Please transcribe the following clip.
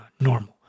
normal